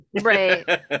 Right